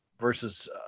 versus